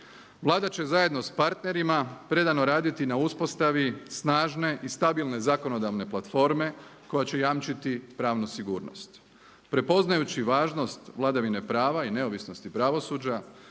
Vlada će zajedno sa partnerima predano raditi na uspostavi snažne i stabilne zakonodavne platforme koja će jamčiti pravnu sigurnost. Prepoznajući važnost vladavine prava i neovisnosti pravosuđa